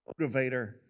motivator